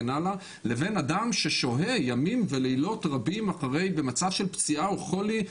לבין אדם ששוהה ימים ולילות רבים במצב של פציעה או חולי,